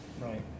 Right